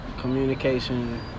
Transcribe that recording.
communication